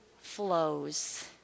flows